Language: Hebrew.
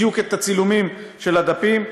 בדיוק את הצילומים של הדפים.